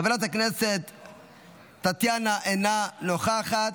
חבר הכנסת הרצנו, אינו נוכח,